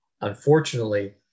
unfortunately